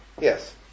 yes